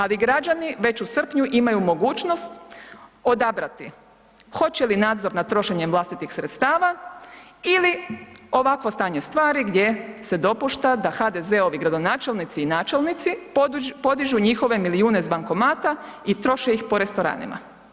Ali, građani već u srpnju imaju mogućnost odabrati, hoće li nadzor nad trošenjem vlastitih sredstava ili ovakvo stanje stvari gdje se dopušta da HDZ-ovi gradonačelnici i načelnici podižu njihove milijune s bankomata i troše ih po restoranima.